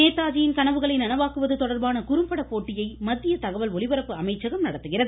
நேதாஜியின் கனவுகளை நனவாக்குவது தொடர்பான குறும்பட போட்டியை மத்திய தகவல் ஒலிபரப்பு அமைச்சகம் நடத்துகிறது